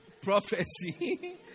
prophecy